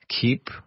keep